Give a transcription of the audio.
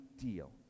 deal